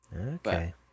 Okay